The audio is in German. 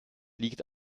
liegt